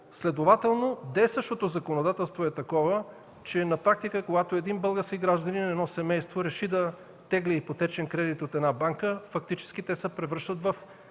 Следователно действащото законодателство е такова, че на практика, когато един български гражданин, едно семейство реши да тегли ипотечен кредит от една банка, фактически те се превръщат в